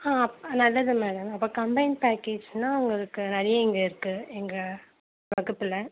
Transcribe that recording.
ஆ நல்லது மேடம் அப்போ கம்பைன் பேக்கேஜ்ன்னா உங்களுக்கு நிறையா இங்கே இருக்குது எங்கள் வகுப்பில்